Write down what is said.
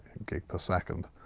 gig per second.